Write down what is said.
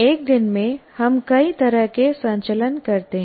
एक दिन में हम कई तरह के संचलन करते हैं